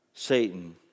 Satan